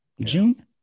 June